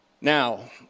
Now